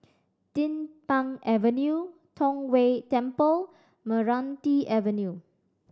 Din Pang Avenue Tong Whye Temple Meranti Avenue